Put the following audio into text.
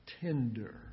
tender